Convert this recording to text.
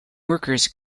workers